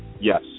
Yes